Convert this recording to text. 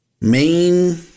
Main